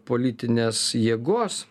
politinės jėgos